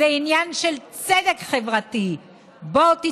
זה עניין של צדק חברתי.